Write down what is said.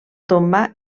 tomba